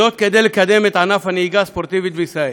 כדי לקדם את ענף הנהיגה הספורטיבית בישראל.